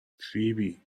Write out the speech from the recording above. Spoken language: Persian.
فیبی